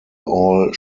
all